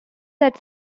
that